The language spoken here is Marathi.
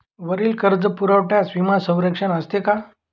वरील कर्जपुरवठ्यास विमा संरक्षण असते का?